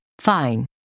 Fine